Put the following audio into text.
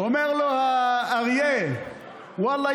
אומר לו האריה: ואללה,